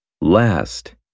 Last